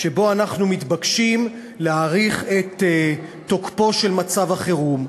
שבו אנחנו מתבקשים להאריך את תוקפו של מצב החירום.